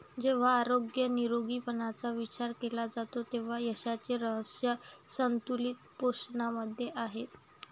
जेव्हा आरोग्य निरोगीपणाचा विचार केला जातो तेव्हा यशाचे रहस्य संतुलित पोषणामध्ये आहे